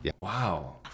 Wow